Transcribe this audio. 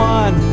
one